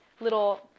little